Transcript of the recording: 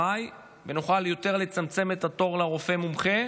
ונוכל לצמצם יותר את התור לרופא מומחה,